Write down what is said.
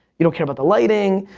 you don't care about the lighting,